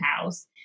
house